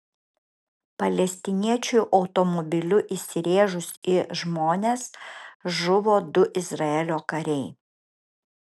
palestiniečiui automobiliu įsirėžus į žmonės žuvo du izraelio kariai